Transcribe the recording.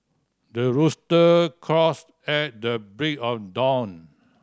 the rooster crows at the break of dawn